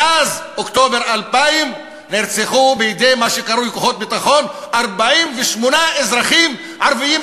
מאז אוקטובר 2000 נרצחו בידי מה שקרוי כוחות הביטחון 48 אזרחים ערבים,